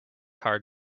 hard